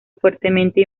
fuertemente